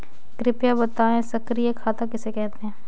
कृपया बताएँ सक्रिय खाता किसे कहते हैं?